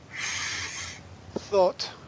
thought